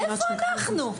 איפה אנחנו?